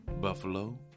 Buffalo